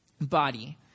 body